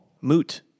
moot